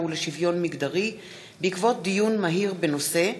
ולשוויון מגדרי בעקבות דיון מהיר בהצעתה של חברת הכנסת חנין זועבי בנושא: